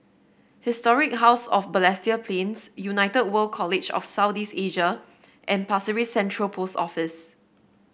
Historic House of Balestier Plains United World College of South East Asia and Pasir Ris Central Post Office